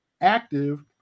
active